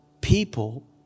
people